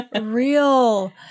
Real